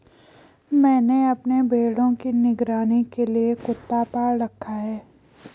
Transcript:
मैंने अपने भेड़ों की निगरानी के लिए कुत्ता पाल रखा है